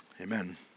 Amen